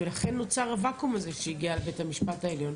ולכן נוצר הוואקום הזה שהגיע לבית המשפט העליון,